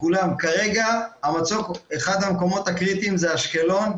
כרגע אחד המקומות הקריטיים זה אשקלון.